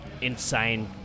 insane